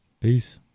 Peace